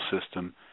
system